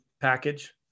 package